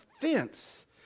fence